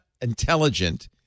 intelligent